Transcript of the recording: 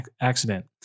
accident